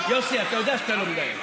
יוסי, אתה לא יודע שאתה לא מדייק.